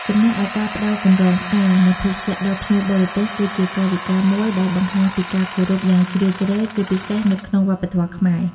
ចំណែកឯការផ្ដល់កម្រងផ្កា និងភេសជ្ជៈដល់ភ្ញៀវបរទេស គឺជាកាយវិការមួយដែលបង្ហាញពីការគោរពយ៉ាងជ្រាលជ្រៅ ជាពិសេសនៅក្នុងវប្បធម៌ខ្មែរ។